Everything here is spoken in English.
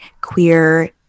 queer